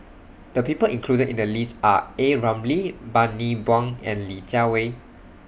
The People included in The list Are A Ramli Bani Buang and Li Jiawei